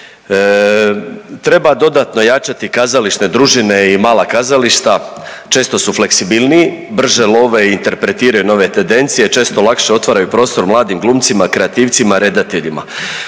Treba dodatno jačati kazališne družine i mala kazališta, često su fleksibilniji, brže love i interpretiraju nove tendencije, često lakše otvaraju prostor mladim glumcima, kreativcima i redateljima.